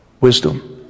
wisdom